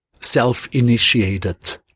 self-initiated